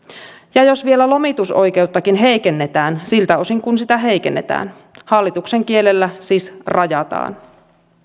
ja jos vielä lomitusoikeuttakin heikennetään siltä osin kuin sitä heikennetään hallituksen kielellä siis rajataan